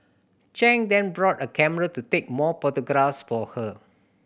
Chang then bought a camera to take more photographs for her